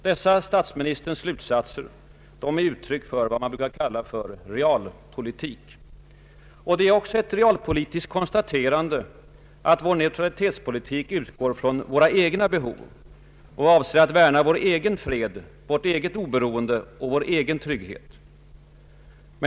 Dessa statsministerns slutsatser är uttryck för vad man brukar kalla realpolitik. Det är också ett realpolitiskt konstaterande att vår neutralitetspolitik utgår från våra egna behov och avser att värna vår egen fred, vårt eget oberoende och vår egen trygghet.